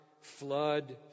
flood